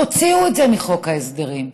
תוציאו את זה מחוק ההסדרים,